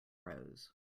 rose